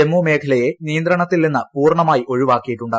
ജമ്മു മേഖലയെ നിയന്ത്രണത്തിൽ നിന്ന് പൂർണമായും ഒഴിവാക്കിയിട്ടുണ്ട്